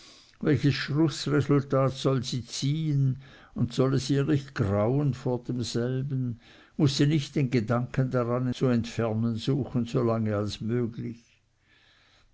welch schlußresultat soll sie ziehen und soll es ihr nicht grauen vor demselben muß sie nicht den gedanken daran zu entfernen suchen so lange als möglich